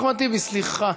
אחמד טיבי, סליחה.